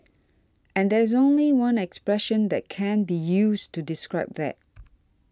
and there's only one expression that can be used to describe that